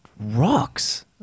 rocks